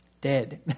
dead